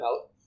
out